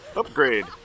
upgrade